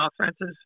offenses